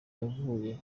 yavuze